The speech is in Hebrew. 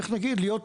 איך נגיד,